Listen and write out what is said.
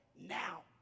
now